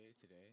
today